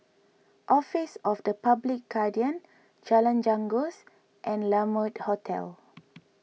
Office of the Public Guardian Jalan Janggus and La Mode Hotel